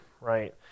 right